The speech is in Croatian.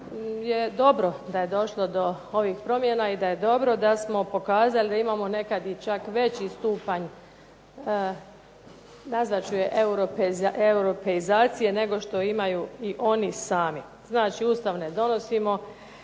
je dobro da je došlo do ovih promjena i da je dobro da smo pokazali da imamo nekada čak veći stupanj nazvat ću je europeizacije nego što je imaju i oni sami. Znači Ustav ne donosimo